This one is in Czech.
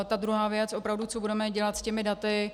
Ta druhá věc, opravdu, co budeme dělat s těmi daty.